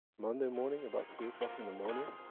monday morning, about three o'clock in the morning.